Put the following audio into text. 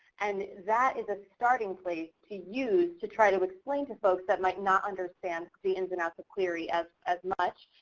and that is a starting place to use to try to explain to folks that might not understand that ins and outs of clery as as much,